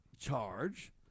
charge